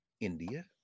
India